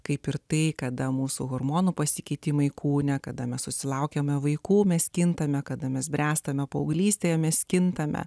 kaip ir tai kada mūsų hormonų pasikeitimai kūne kada mes susilaukiame vaikų mes kintame kada mes bręstame paauglystėje mes kintame